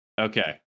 Okay